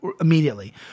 immediately